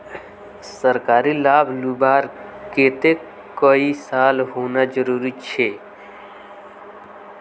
सरकारी लाभ लुबार केते कई साल होना जरूरी छे?